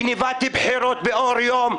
גניבת בחירות לאור יום,